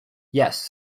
yes